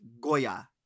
Goya